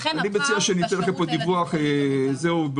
היה